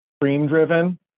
dream-driven